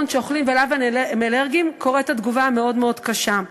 שאליו הם אלרגיים קורית התגובה המאוד-קשה.